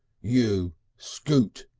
you scoot!